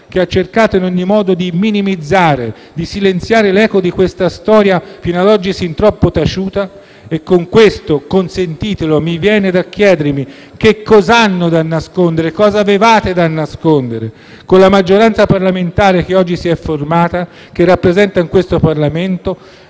che ha cercato in ogni modo di minimizzare e silenziare l'eco di questa storia, fino ad oggi sin troppo taciuta. Perciò, consentitemelo, mi viene da chiedere: cosa hanno da nascondere? Cosa avevate da nascondere? Con la maggioranza che oggi si è formata e che è presente in questo Parlamento